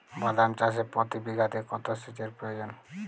বাদাম চাষে প্রতি বিঘাতে কত সেচের প্রয়োজন?